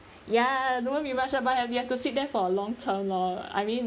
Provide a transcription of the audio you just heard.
ya it won't be much ah but you have to sit there for a long term lor I mean